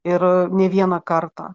ir ne vieną kartą